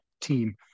team